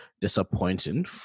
disappointing